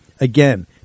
Again